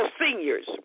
seniors